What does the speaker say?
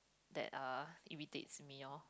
that uh irritates me orh